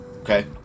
Okay